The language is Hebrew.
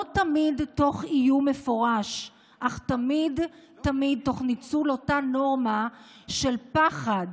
לא תמיד תוך איום מפורש אך תמיד תוך ניצול אותה נורמה של פחד,